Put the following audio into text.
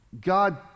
God